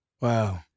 Wow